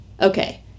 okay